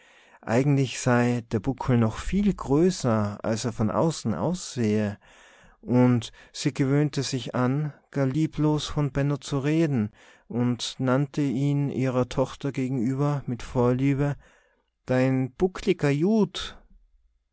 eigentlich sei der buckel noch viel größer als er von außen aussehe und sie gewöhnte sich an gar lieblos von benno zu reden und nannte ihn ihrer tochter gegenüber mit vorliebe dein buckliger